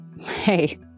Hey